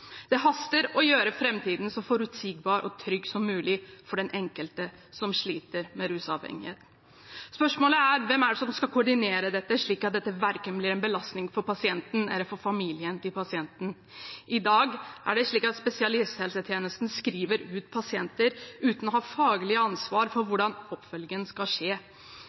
Det haster å gjøre framtiden så forutsigbar og trygg som mulig for den enkelte som sliter med rusavhengighet. Spørsmålet er hvem som skal koordinere dette, slik at det ikke blir en belastning verken for pasienten eller for familien til pasienten. I dag er det slik at spesialisthelsetjenesten skriver ut pasienter uten å ha faglig ansvar for hvordan oppfølgingen skal skje.